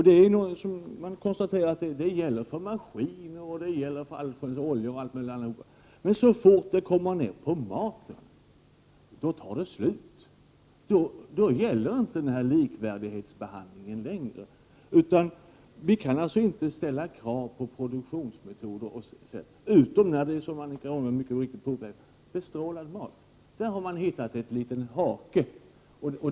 Detta gäller för maskiner, allsköns oljor m.m. Så fort det handlar om mat är det stopp. Då gäller inte den likvärdiga behandlingen längre. Vi kan inte ställa krav på produktionsmetoder utom när det — som Annika Åhnberg mycket riktigt påpekade — gäller bestrålad mat. Där har man hittat en liten hake.